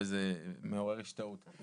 וזה מעורר השתאות.